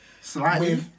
Slightly